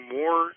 more